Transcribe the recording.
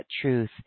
truth